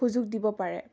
সুযোগ দিব পাৰে